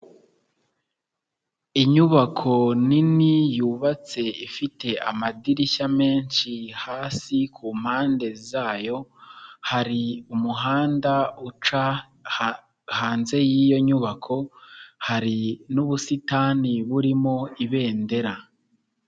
Inyubako nini yubatse, ifite amadirishya menshi, hasi ku mpande zayo hari umuhanda uca hanze y'iyo nyubako, hari n'ubusitani burimo ibendera.